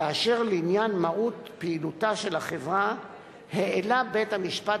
כאשר לעניין מהות פעילותה של החברה העלה בית-משפט